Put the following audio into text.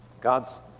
God's